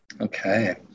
Okay